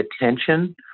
attention